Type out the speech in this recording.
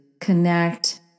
connect